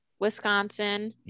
Wisconsin